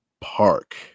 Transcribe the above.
Park